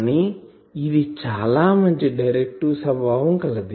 కానీ ఇది చాలా మంచి డిరెక్టివ్ స్వభావం కలది